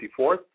24th